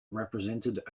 represented